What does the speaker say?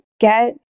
get